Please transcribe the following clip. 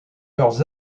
leurs